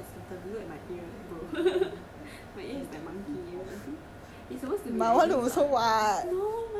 then for me right then I very scared I have eh cause I also got that symptom look at my ear bro my ear is like monkey ear